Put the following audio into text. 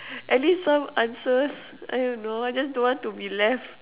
at least some answers I don't know I just don't want to be left